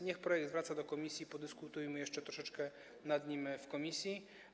Niech zatem wraca on do komisji, podyskutujmy jeszcze troszeczkę nad nim w komisji.